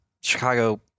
Chicago